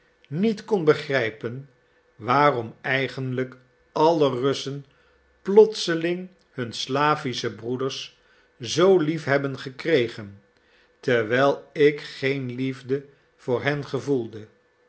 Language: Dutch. niet kon begrijpen waarom eigenlijk alle russen plotseling hun slavische broeders zoo lief hebben gekregen terwijl ik geen liefde voor hen gevoelde